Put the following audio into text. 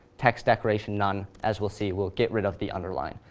text decoration none, as we'll see will get rid of the underline.